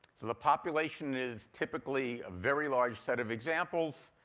the population is typically a very large set of examples,